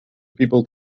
people